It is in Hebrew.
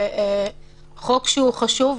זה חוק שהוא חשוב,